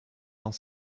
dans